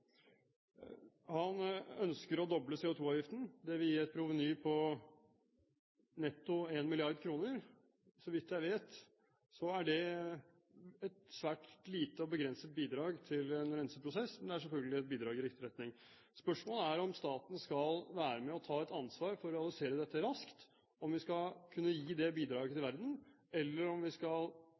Han ønsker å doble CO2-avgiften. Det vil gi et proveny på netto 1 mrd. kr. Så vidt jeg vet, er det et svært lite og begrenset bidrag til en renseprosess, men er selvfølgelig et bidrag i riktig retning. Spørsmålet er om staten skal være med og ta et ansvar for å realisere dette raskt, om vi skal kunne gi det bidraget til verden, eller om vi skal